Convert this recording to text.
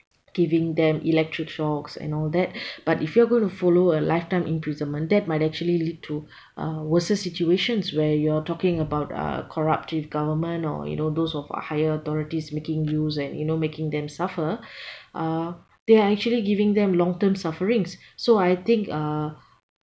giving them electric shocks and all that but if you're gonna follow a lifetime imprisonment that might actually lead to uh worser situations where you are talking about uh corruptive government or you know those of a higher authorities making use and you know making them suffer uh they are actually giving them long term sufferings so I think uh